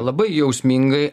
labai jausmingai